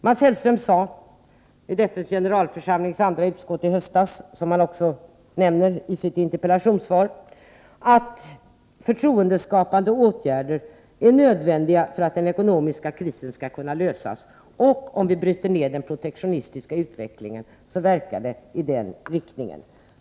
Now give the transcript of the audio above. Mats Hellström sade vid FN:s generalförsamlings andra utskott i höstas — vilket han också nämner i sitt interpellationssvar — att förtroendeskapande åtgärder är nödvändiga för att den ekonomiska krisen skall kunna lösas, och om vi bryter ner den protektionistiska utvecklingen verkar det i den riktningen.